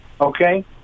okay